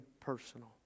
Personal